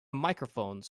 microphones